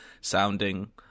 sounding